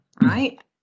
right